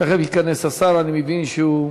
תכף ייכנס השר, אני מבין שהוא,